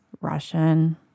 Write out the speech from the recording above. Russian